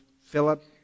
Philip